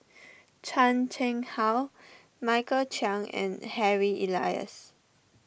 Chan Chang How Michael Chiang and Harry Elias